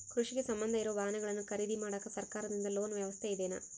ಕೃಷಿಗೆ ಸಂಬಂಧ ಇರೊ ವಾಹನಗಳನ್ನು ಖರೇದಿ ಮಾಡಾಕ ಸರಕಾರದಿಂದ ಲೋನ್ ವ್ಯವಸ್ಥೆ ಇದೆನಾ?